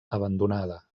abandonada